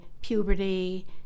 puberty